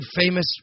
famous